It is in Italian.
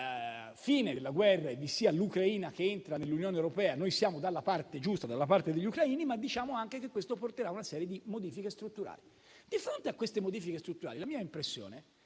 fine della guerra e l'Ucraina entri nell'Unione europea. Noi siamo dalla parte giusta, dalla parte degli ucraini, ma diciamo anche che questo porterà una serie di modifiche strutturali. Di fronte a queste modifiche strutturali, la mia impressione